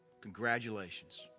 Congratulations